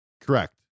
Correct